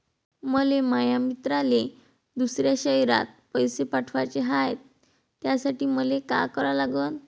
मले माया मित्राले दुसऱ्या शयरात पैसे पाठवाचे हाय, त्यासाठी मले का करा लागन?